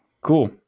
cool